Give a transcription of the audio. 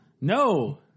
no